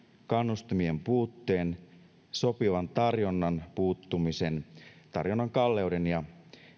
kannustimien puutteen sopivan tarjonnan puuttumisen tarjonnan kalleuden ja